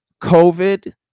COVID